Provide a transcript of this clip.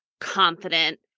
confident